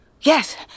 Yes